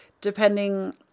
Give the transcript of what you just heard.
depending